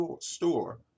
store